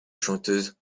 chanteuse